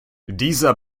dieser